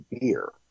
beer